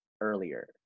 earlier